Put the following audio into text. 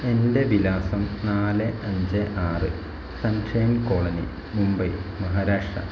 എൻ്റെ വിലാസം നാല് അഞ്ച് ആറ് സൺഷൈൻ കോളനി മുംബൈ മഹാരാഷ്ട്ര